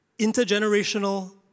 intergenerational